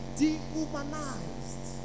dehumanized